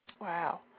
Wow